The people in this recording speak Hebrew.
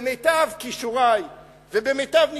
במיטב כישורי ובמיטב ניסיוני,